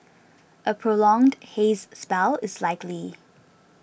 a prolonged haze spell is likely